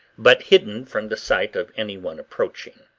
but hidden from the sight of any one approaching.